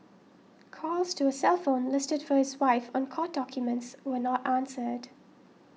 calls to a cell phone listed for his wife on court documents were not answered